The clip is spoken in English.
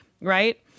right